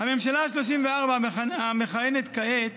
הממשלה ה-34 המכהנת כעת